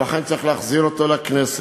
ולכן צריך להחזיר אותו לכנסת.